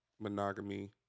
monogamy